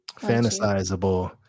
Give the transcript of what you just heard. fantasizable